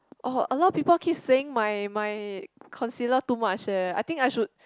oh a lot of people keep saying my my concealer too much eh I think I should